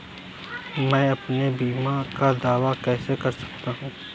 मैं अपने बीमा का दावा कैसे कर सकता हूँ?